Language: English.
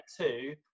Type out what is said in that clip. Two